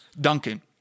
Duncan